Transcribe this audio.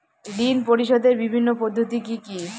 ঋণ পরিশোধের বিভিন্ন পদ্ধতি কি কি?